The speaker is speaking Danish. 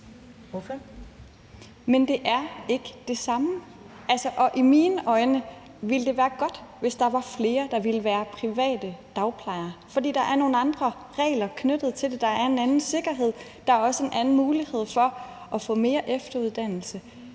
(RV): Men det er ikke det samme. Og altså, i mine øjne ville det være godt, hvis der var flere, der ville være private dagplejere. For der er nogle andre regler knyttet til det; der er en anden sikkerhed. Der er også en anden mulighed for at få mere efteruddannelse.